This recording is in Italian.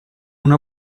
una